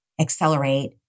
accelerate